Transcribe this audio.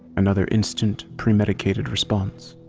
another instant, premedicated response.